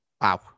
wow